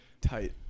tight